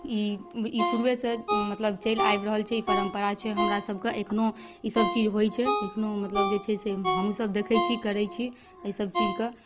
ई ई शुरुएसँ मतलब चलि आबि रहल छै ई परम्परा छै हमरासबके एखनो ईसब चीज होइ छै एखनो मतलब जे छै से हमहूँ सब देखै छी करै छी एहिसब चीजके